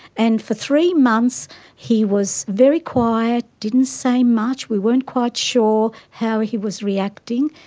and for three months he was very quiet, didn't say much. we weren't quite sure how he was reacting.